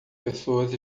pessoas